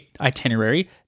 itinerary